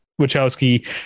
Wachowski